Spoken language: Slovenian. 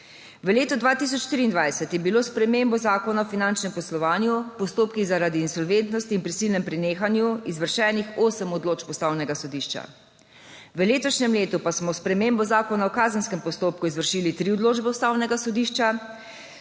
V letu 2023 je bilo s spremembo Zakona o finančnem poslovanju v postopkih, zaradi insolventnosti in prisilnem prenehanju izvršenih osem odločb Ustavnega sodišča. V letošnjem letu pa smo s spremembo Zakona o kazenskem postopku izvršili tri odločbe Ustavnega sodišča,